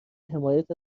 حمایت